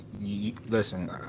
Listen